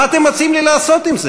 מה אתם מציעים לי לעשות עם זה?